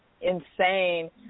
insane